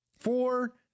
Four